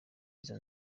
izo